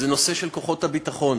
זה הנושא של כוחות הביטחון.